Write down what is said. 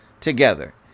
together